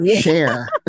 Share